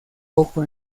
poco